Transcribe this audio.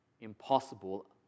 impossible